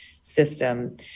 system